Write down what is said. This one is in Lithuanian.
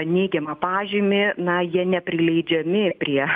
neigiamą pažymį na jie neprileidžiami prie